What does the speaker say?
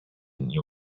new